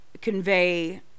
convey